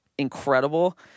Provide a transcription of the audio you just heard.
incredible